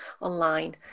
online